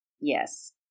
Yes